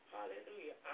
Hallelujah